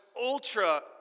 ultra